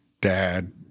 dad